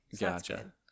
gotcha